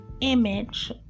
image